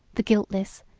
the guiltless,